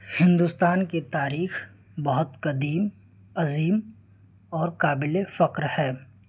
ہندوستان کی تاریخ بہت قدیم عظیم اور قابل فخر ہے